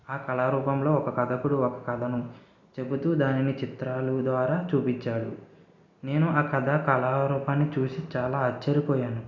ఆ కళా రూపంలో ఒక కథకుడు ఒక కథను చెబుతూ దానిని చిత్రాలు ద్వారా చూపించాడు నేను ఆ కథ ఆ కళా రూపాన్ని చూసి చాలా ఆశ్చర్యపోయాను